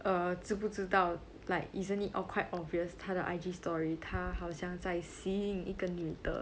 err 知不知道 like isn't quite obvious 他的 I_G story 他好像在 seeing 一个女的